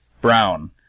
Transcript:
Brown